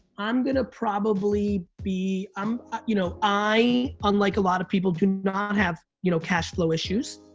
i'm gonna probably be, um you know i, unlike a lot of people, do not have you know cashflow issues,